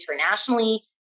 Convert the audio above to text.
internationally